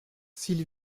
s’il